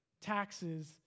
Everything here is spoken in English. taxes